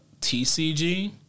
TCG